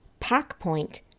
PackPoint